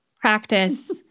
practice